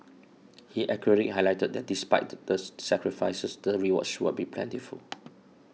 he accurately highlighted that despite the sacrifices the rewards should I be plentiful